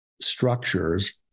structures